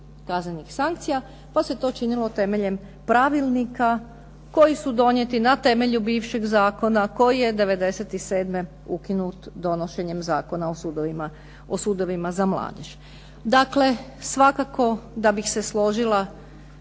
kaznenih sankcija pa se to činilo temeljem pravilnika koji su donijeti na temelju bivšeg zakona koji je '97. ukinut donošenjem Zakona o sudovima za mladež. Dakle, svakako da bih se složila